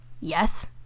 yes